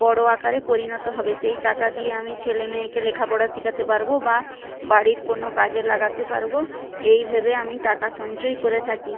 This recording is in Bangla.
বড়ো আকারে পরিণত হবে সেই টাকা দিয়ে আমি ছেলে মেয়েকে লেখা পড়া শিখাতে পারবো বা বাড়ির কোনো কাজে লাগাতে পারবো এই ভেবে আমি টাকা সঞ্চয় করে থাকি